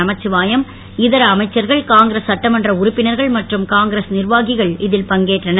நமச்சிவாயம் இதர அமைச்சர்கள் காங்கிரஸ் சட்டமன்ற உறுப்பினர்கள் மற்றும் காங்கிரஸ் நிர்வாகிகள் இதில் பங்கேற்றனர்